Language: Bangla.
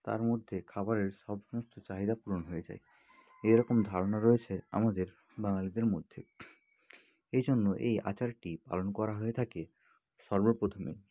তার মধ্যে খাবারের সমস্ত চাহিদা পূরণ হয়ে যায় এরকম ধারণা রয়েছে আমাদের বাঙালিদের মধ্যে এই জন্য এই আচারটি পালন করা হয়ে থাকে সর্বপ্রথমে